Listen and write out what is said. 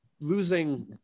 losing